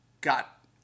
got